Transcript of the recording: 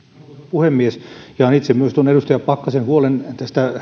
puhemies jaan myös itse tuon edustaja pakkasen huolen